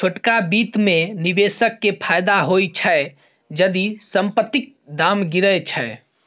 छोटका बित्त मे निबेशक केँ फायदा होइ छै जदि संपतिक दाम गिरय छै